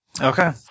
Okay